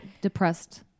depressed